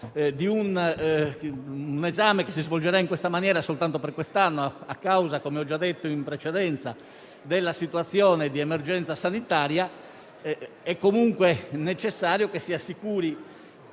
di un esame che si svolgerà in siffatta maniera soltanto per quest'anno, a causa - come ho già detto in precedenza - della situazione di emergenza sanitaria, è necessario assicurare